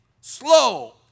slow